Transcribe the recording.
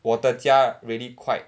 我的家 really quite